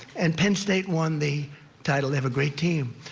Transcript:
and penn state won the title. they have a great team.